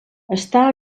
està